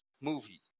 movie